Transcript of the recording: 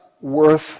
worth